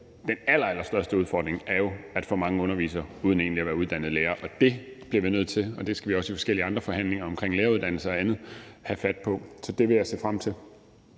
allerallerstørste udfordring er, at for mange underviser uden egentlig at være uddannede lærere, og det skal vi også i forskellige andre forhandlinger omkring læreruddannelsen og andet have fat på. Så det vil jeg se frem til.